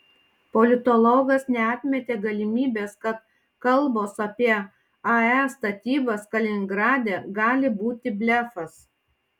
politologas neatmetė galimybės kad kalbos apie ae statybas kaliningrade gali būti blefas